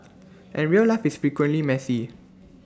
and real life is frequently messy